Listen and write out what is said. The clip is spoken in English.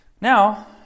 Now